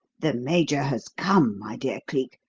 the major has come, my dear cleek,